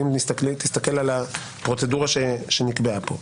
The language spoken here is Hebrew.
אם תסתכל על הפרוצדורה שנקבעה פה,